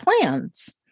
plans